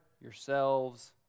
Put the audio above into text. yourselves